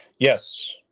Yes